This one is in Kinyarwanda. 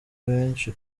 benshi